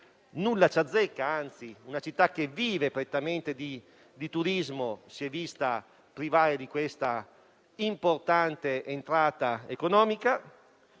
nulla ci "azzecca"; anzi, una città che vive prettamente di turismo si è vista privata di questa importante entrata economica.